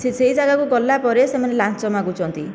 ସିଏ ସେହି ଯାଗାକୁ ଗଲାପରେ ସେମାନେ ଲାଞ୍ଚ ମାଗୁଛନ୍ତି